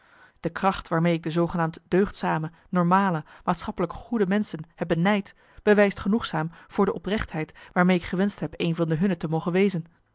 de kracht waarmee ik de zoogenaamd deugdzame normale maatschappelijk goede menschen heb benijd bewijst genoegzaam voor de oprechtheid waarmee ik gewenscht heb een van de hunne te mogen wezen